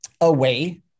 away